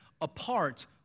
apart